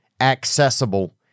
accessible